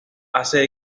hace